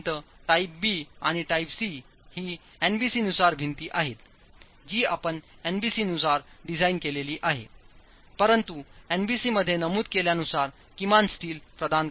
आपली भिंत type B आणि टाइपसी हीएनबीसी नुसार भिंतीआहेतजी आपण एनबीसी नुसार डिझाइन केली आहे परंतु एनबीसी मध्ये नमूद केल्यानुसार किमान स्टील प्रदान करावे लागेल